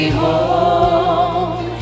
home